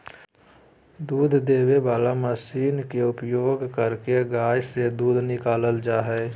दूध देबे वला मशीन के उपयोग करके गाय से दूध निकालल जा हइ